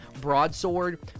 Broadsword